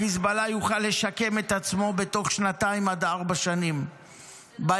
החיזבאללה יוכל לשקם את עצמו בתוך שנתיים עד ארבע שנים ביבשה,